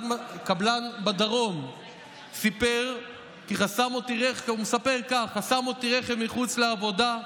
קבלן בדרום מספר כך: חסם אותי רכב מחוץ לעבודה,